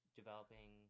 developing